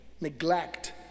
neglect